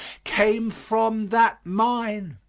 came from that mine,